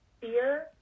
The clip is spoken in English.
fear